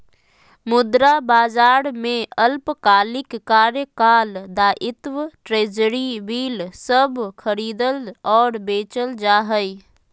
मुद्रा बाजार में अल्पकालिक कार्यकाल दायित्व ट्रेज़री बिल सब खरीदल और बेचल जा हइ